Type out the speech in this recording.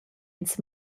ils